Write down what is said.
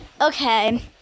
Okay